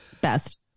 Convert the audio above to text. best